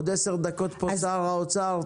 עוד 10 דקות שר האוצר יהיה כאן,